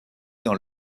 dans